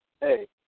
hey